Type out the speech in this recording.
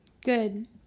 good